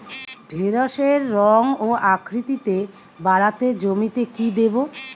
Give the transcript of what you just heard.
ঢেঁড়সের রং ও আকৃতিতে বাড়াতে জমিতে কি দেবো?